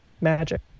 Magic